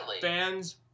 fans